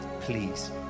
please